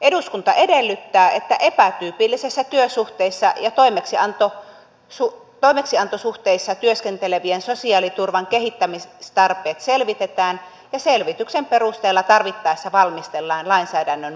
eduskunta edellyttää että epätyypillisissä työsuhteissa ja toimeksiantosuhteissa työskentelevien sosiaaliturvan kehittämistarpeet selvitetään ja selvityksen perusteella tarvittaessa valmistellaan lainsäädännön muutosehdotukset